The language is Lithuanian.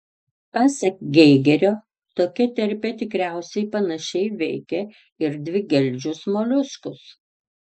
pasak geigerio tokia terpė tikriausiai panašiai veikia ir dvigeldžius moliuskus